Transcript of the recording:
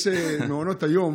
מעונות היום,